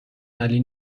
علی